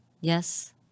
yes